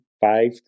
five